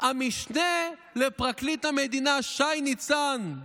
המשנה לפרקליט המדינה שי ניצן: